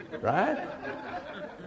right